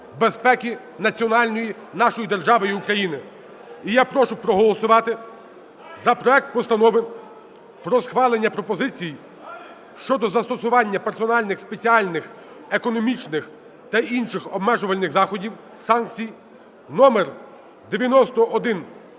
безпеки національної нашої держави України. І я прошу проголосувати за проект Постанови про схвалення пропозицій щодо застосування персональних спеціальних економічних та інших обмежувальних заходів, санкцій (№ 9157)